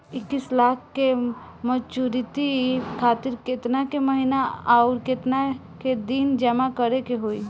इक्कीस लाख के मचुरिती खातिर केतना के महीना आउरकेतना दिन जमा करे के होई?